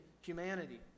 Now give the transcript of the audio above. humanity